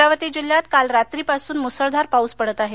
अमरावती जिल्ह्यात काल रात्रीपासन मुसळधार पाउस पडत आहे